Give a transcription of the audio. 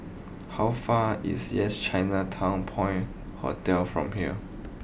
how far is Yes Chinatown Point Hotel from here